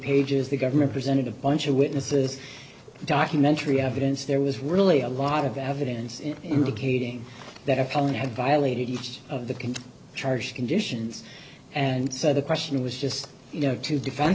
pages the government presented a bunch of witnesses documentary evidence there was really a lot of evidence indicating that a felon had violated each of the can charge conditions and so the question was just you know to def